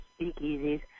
speakeasies